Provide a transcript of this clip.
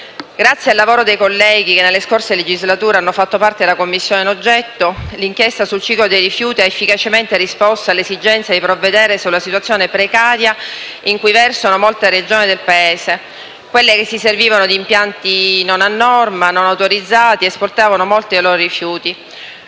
Grazie al lavoro dei colleghi che nelle scorse legislature hanno fatto parte della Commissione in oggetto, l'inchiesta sul ciclo dei rifiuti ha efficacemente risposto all'esigenza di provvedere alla situazione precaria in cui versano molte Regioni del Paese, ossia quelle che si servivano di impianti non a norma e non autorizzati ed esportavano molti dei loro rifiuti.